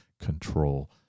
control